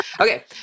okay